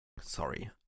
Sorry